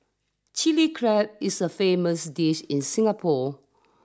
chilli crab is a famous dish in Singapore